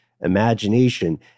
imagination